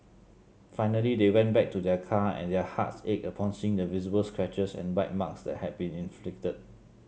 finally they went back to their car and their hearts ached upon seeing the visible scratches and bite marks that had been inflicted